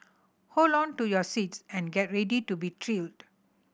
hold on to your seats and get ready to be thrilled